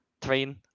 train